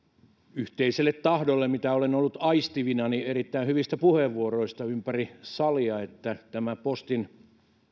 yhteiselle tahdolle mitä olen ollut aistivinani erittäin hyvistä puheenvuoroista ympäri salia että tämä postin